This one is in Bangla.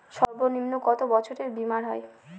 সর্বনিম্ন কত বছরের বীমার হয়?